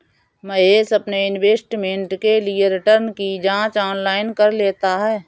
महेश अपने इन्वेस्टमेंट के लिए रिटर्न की जांच ऑनलाइन कर लेता है